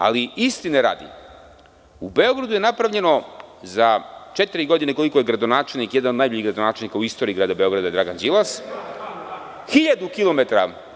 Ali, istine radi, u Beogradu je napravljeno za četiri godine, koliko je gradonačelnik jedan od najboljih gradonačelnika u istoriji grada Beograda, Dragan Đilas, hiljadu kilometara.